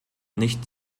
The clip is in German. nicht